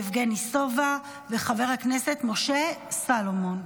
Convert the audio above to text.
יבגני סובה ומשה סלומון.